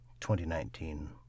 2019